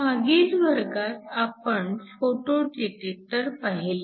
मागील वर्गात आपण फोटो डिटेक्टर पाहिले